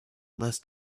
less